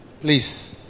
Please